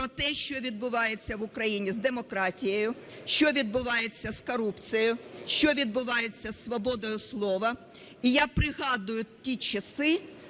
про те, що відбувається в Україні з демократією, що відбувається з корупцією, що відбувається з свободою слова. І я пригадую ті часи,